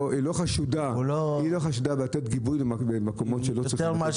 היא לא חשודה בלתת גיבוי במקומות שלא צריך לתת גיבוי.